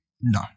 No